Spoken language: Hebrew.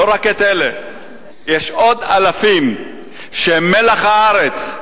לא רק את אלה, יש עוד אלפים שהן מלח הארץ,